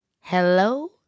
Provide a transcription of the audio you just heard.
Hello